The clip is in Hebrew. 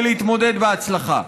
ולהתמודד בהצלחה.